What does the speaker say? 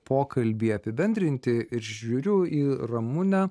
pokalbį apibendrinti ir žiūriu į ramunę